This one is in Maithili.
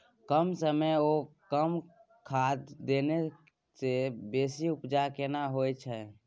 कम समय ओ कम खाद देने से बेसी उपजा केना होय छै?